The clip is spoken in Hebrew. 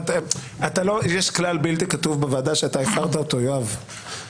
יש כלל בלתי כתוב בוועדה שאתה הפרת אותו, יואב.